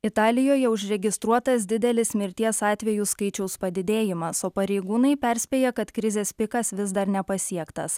italijoje užregistruotas didelis mirties atvejų skaičiaus padidėjimas o pareigūnai perspėja kad krizės pikas vis dar nepasiektas